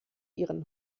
ihren